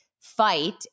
fight